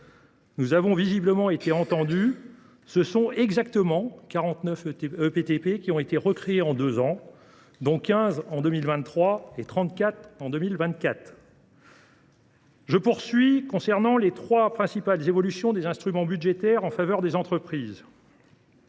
Nous avons visiblement été entendus : ce sont exactement 49 ETPT qui ont été recréés en deux ans, 15 en 2023 et 34 en 2024. Je poursuis avec les trois principales évolutions des instruments budgétaires en faveur des entreprises.